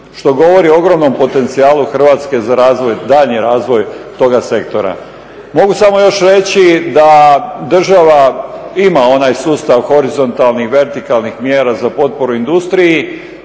što govori o ogromnom potencijalu Hrvatske za daljnji razvoj, daljnji razvoj toga sektora. Mogu samo još reći da država ima onaj sustav horizontalnih i vertikalnih mjera za potporu industriji.